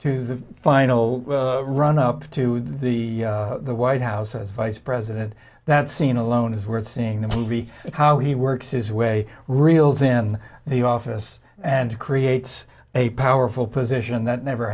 to the final run up to the white house as vice president that scene alone is worth seeing the movie how he works his way reels in the office and creates a powerful position that never